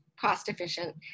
cost-efficient